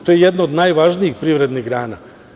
To je jedna od najvažnijih privrednih grana.